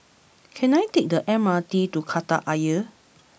can I take the M R T to Kreta Ayer